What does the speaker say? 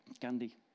Gandhi